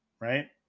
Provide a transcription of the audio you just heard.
Right